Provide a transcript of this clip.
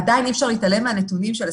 עדיין אי-אפשר להתעלם מנתוני הסקר.